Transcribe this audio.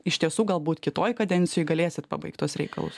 iš tiesų galbūt kitoj kadencijoj galėsit pabaigt tuos reikalus